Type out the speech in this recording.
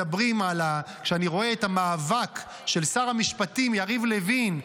רואה את המאבק של שר המשפטים יריב לוין,